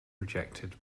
rejected